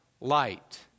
light